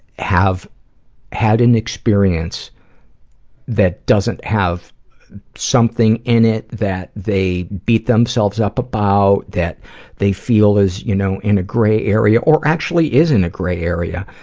have had an experience that doesn't have something in it that they beat themselves up about, that they feel is, you know, in a gray area, or actually is in a gray area,